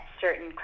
certain